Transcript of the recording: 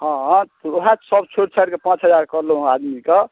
हँ तऽ उएहसभ छोड़ि छाड़ि कऽ पाँच हजार कहलहुँ हेँ आदमीके